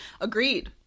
Agreed